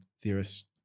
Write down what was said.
theorists